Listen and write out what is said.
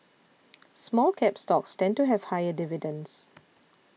Small Cap stocks tend to have higher dividends